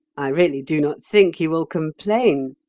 i really do not think he will complain,